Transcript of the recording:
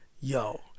yo